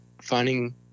finding –